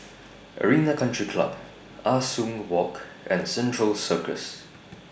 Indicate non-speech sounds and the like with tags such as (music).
(noise) Arena Country Club Ah Soo Walk and Central Circus